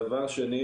דבר שני,